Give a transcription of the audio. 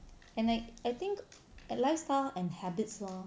and like I think lifestyle and habits lor